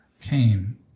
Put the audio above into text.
came